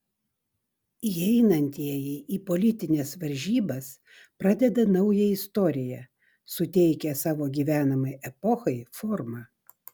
įeinantieji į politines varžybas pradeda naują istoriją suteikia savo gyvenamai epochai formą